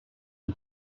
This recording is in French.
une